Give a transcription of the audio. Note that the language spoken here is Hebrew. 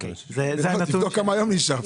תבדקו כמה נשארו היום.